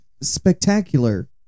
spectacular